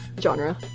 genre